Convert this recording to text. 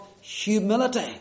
humility